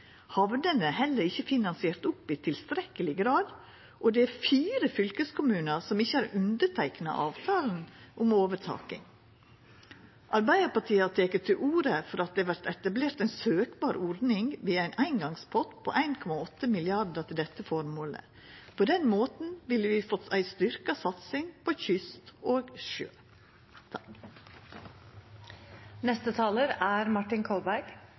Hamnene er heller ikkje finansierte i tilstrekkeleg grad, og det er fire fylkeskommunar som ikkje har underteikna avtalen om overtaking. Arbeidarpartiet har teke til orde for at det vert etablert ei ordning å søkje på, ein eingongspott på 1,8 mrd. kr, til dette føremålet. På den måten ville vi fått ei styrkt satsing på kyst og sjø.